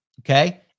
okay